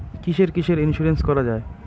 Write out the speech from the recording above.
কিসের কিসের ইন্সুরেন্স করা যায়?